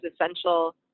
essential